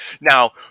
now